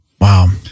Wow